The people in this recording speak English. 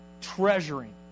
Treasuring